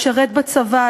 לשרת בצבא,